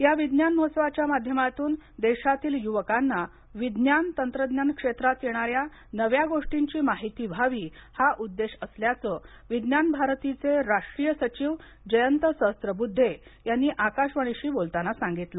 या विज्ञान महोत्सवाच्या माध्यमातून देशातील युवकांना विज्ञान तंत्रज्ञान क्षेत्रात येणाऱ्या नव्या गोष्टींची माहिती व्हावी हा उद्देश असल्याच विज्ञान भरतीचे राष्ट्रीय सचिव जयंत सहस्रबुद्धे यांनी आकाशवाणीशी बोलताना सांगितल